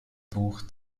buch